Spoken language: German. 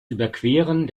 überqueren